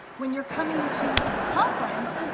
when you're coming to the conference,